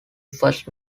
first